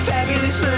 Fabulous